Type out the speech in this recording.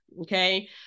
Okay